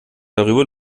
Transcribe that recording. darüber